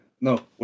No